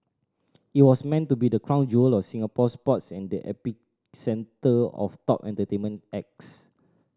it was meant to be the crown jewel of Singapore sports and the epicentre of top entertainment acts